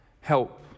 help